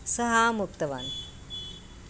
सः आम् उक्तवान्